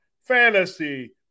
Fantasy